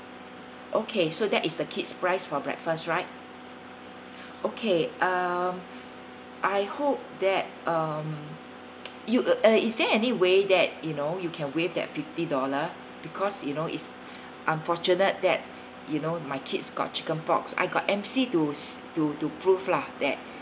okay so that is the kids price for breakfast right okay um I hope that uh you'd uh is there any way that you know you can waive that fifty dollar because you know is unfortunate that you know my kids got chickenpox I got M_C to s~ to to prove lah that